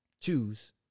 choose